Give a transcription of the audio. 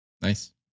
Nice